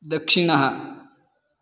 दक्षिणः